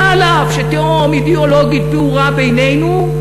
שאף שתהום אידיאולוגית פעורה בינינו,